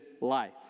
life